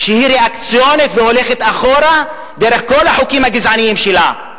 היא ריאקציונית והולכת אחורה דרך כל החוקים הגזעניים שלה.